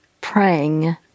praying